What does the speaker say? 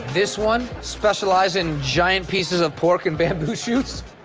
this one specializes in giant pieces of pork and bamboo shoots.